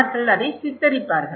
அவர்கள் அதை சித்தரிப்பார்கள்